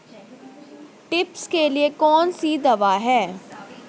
Thrips के लिए कौन सी दवा है?